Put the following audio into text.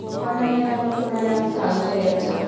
కొండ నేలల్లో కూరగాయల సాగు చేయచ్చా?